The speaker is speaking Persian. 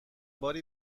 باری